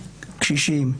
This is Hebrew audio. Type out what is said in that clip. קשישים,